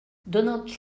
donald